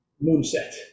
moonset